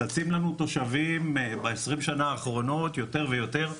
צצים לנו תושבים ב־20 שנה האחרונות יותר ויותר,